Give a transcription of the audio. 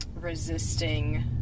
resisting